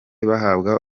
bahabwa